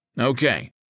Okay